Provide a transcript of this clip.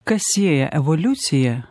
kas sieja evoliuciją